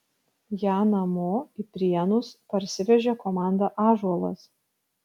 ją namo į prienus parsivežė komanda ąžuolas